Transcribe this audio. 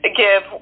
give